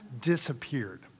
disappeared